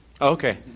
Okay